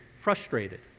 frustrated